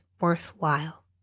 worthwhile